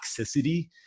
toxicity